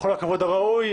בכל הכבוד הראוי,